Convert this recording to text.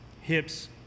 hips